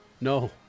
No